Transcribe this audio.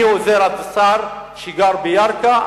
אני עוזר השר שגר בירכא,